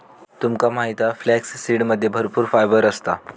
तुमका माहित हा फ्लॅक्ससीडमध्ये भरपूर फायबर असता